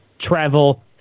travel